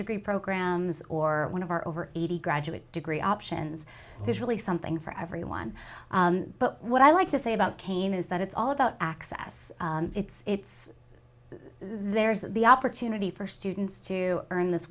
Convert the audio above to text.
degree programs or one of our over eighty graduate degree options there's really something for everyone but what i like to say about cain is that it's all about access it's there is the opportunity for students to earn this